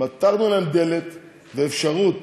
פתחנו להם דלת ואפשרות